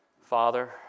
Father